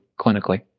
clinically